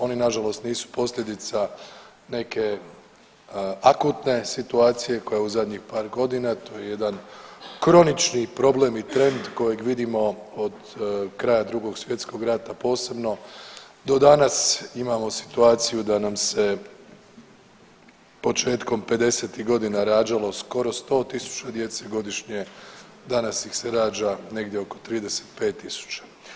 Oni nažalost nisu posljedica neke akutne situacije koja je u zadnjih par godina to je jedan kronični problem i trend kojeg vidimo od kraja Drugog svjetskog rata posebno do danas imamo situaciju da nam se početkom '50.-ih godina rađalo skoro 100.000 djece godišnje, danas ih se rađa negdje oko 35.000.